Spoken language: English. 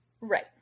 Right